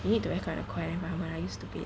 you need to record a quiet environment are you stupid